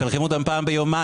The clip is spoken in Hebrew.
לכן הם מקלחים אותם פעם ביומיים,